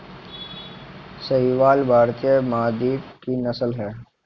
साहीवाल भारतीय उपमहाद्वीप की नस्ल है